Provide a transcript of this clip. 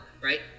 right